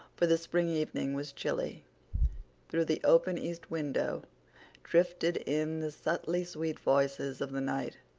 for the spring evening was chilly through the open east window drifted in the subtly sweet voices of the night.